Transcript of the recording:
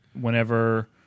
Whenever